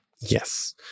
Yes